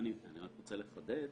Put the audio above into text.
אני רוצה לחדד,